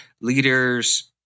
leaders